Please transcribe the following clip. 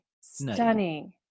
stunning